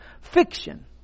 Fiction